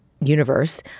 universe